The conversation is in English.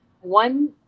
One